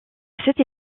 cette